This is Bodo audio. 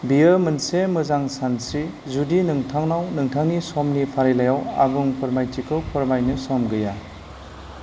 बेयो मोनसे मोजां सानस्रि जुदि नोंथांनाव नोंथांनि समनि फारिलाइआव आबुं फोरमायथिखौ फरायनो सम गैया